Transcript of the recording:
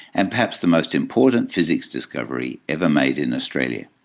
and perhaps the most important physics discovery ever made in australia.